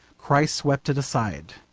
christ swept it aside.